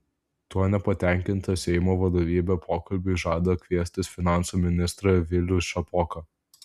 tuo nepatenkinta seimo vadovybė pokalbiui žada kviestis finansų ministrą vilių šapoką